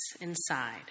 inside